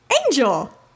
Angel